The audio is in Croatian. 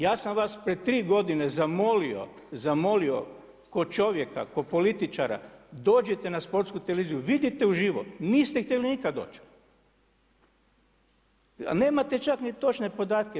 Ja sam vas pred tri godine zamolio ko čovjeka, ko političara dođite na Sportsku televiziju, vidite u živo niste htjeli nikada doć, a nemate čak ni točne podatke.